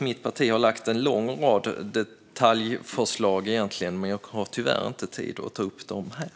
Mitt parti har lagt fram en lång rad detaljförslag, men jag har tyvärr inte tid att ta upp dem här.